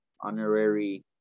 honorary